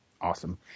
Awesome